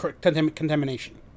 contamination